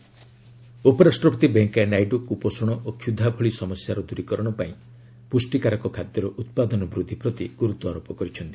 VP IARI convocation ଉପରାଷ୍ଟ୍ରପତି ଭେଙ୍କୟା ନାଇଡୁ କୁପୋଷଣ ଓ କ୍ଷୁଧା ଭଳି ସମସ୍ୟାର ଦୂରୀକରଣ ପାଇଁ ପୁଷ୍ଟିକାରକ ଖାଦ୍ୟର ଉତ୍ପାଦନ ବୃଦ୍ଧି ପ୍ରତି ଗୁରୁତ୍ୱାରୋପ କରିଛନ୍ତି